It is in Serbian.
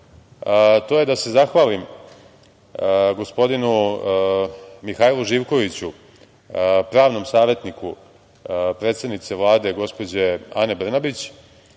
to je da se zahvalim gospodinu Mihajlu Živkoviću, pravnom savetniku, predsednice Vlade, gospođe Ane Brnabić